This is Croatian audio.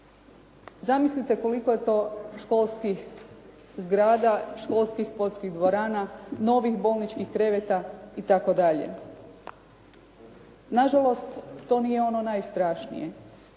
Zamislite koliko je to školskih zgrada, školskih sportskih dvorana, novih bolničkih kreveta i tako dalje. Nažalost to nije ono najstrašnije.